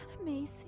amazing